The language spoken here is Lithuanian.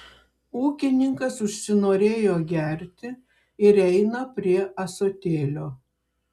ūkininkas užsinorėjo gerti ir eina prie ąsotėlio